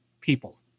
people